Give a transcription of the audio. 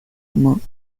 marked